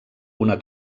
una